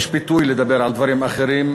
יש פיתוי לדבר על דברים אחרים,